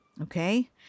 Okay